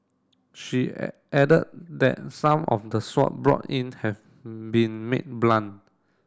she added that some of the sword brought in have been made blunt